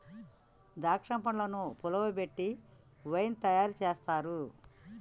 ద్రాక్ష పండ్లను పులియబెట్టి వైన్ తయారు చేస్తారు